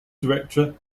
director